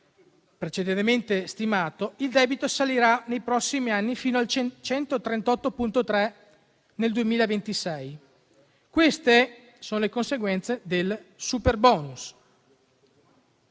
precedentemente stimato, il debito salirà nei prossimi anni fino al 138,3 per cento nel 2026. Queste sono le conseguenze del superbonus.